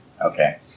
Okay